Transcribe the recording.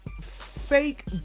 fake